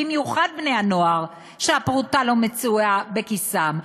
במיוחד בני-הנוער שהפרוטה לא מצויה בכיסם,